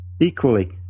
Equally